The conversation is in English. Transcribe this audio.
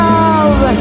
love